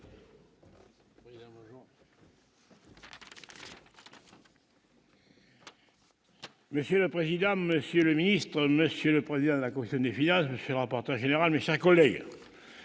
Monsieur le président, monsieur le secrétaire d'État, monsieur le vice-président de la commission des finances, monsieur le rapporteur général, mes chers collègues,